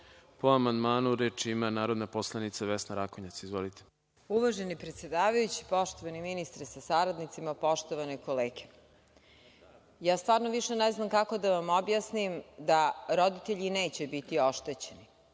Po amandmanu reč ima narodna poslanica Vesna Rakonjac. Izvolite. **Vesna Rakonjac** Uvaženi predsedavajući, poštovani ministre sa saradnicima, poštovane kolege, stvarno više ne znam kako da vam objasnim da roditelji neće biti oštećeni.